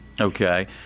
Okay